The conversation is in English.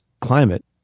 climate